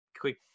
quick